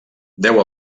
deu